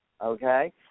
Okay